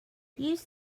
use